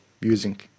using